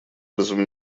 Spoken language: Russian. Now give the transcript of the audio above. образом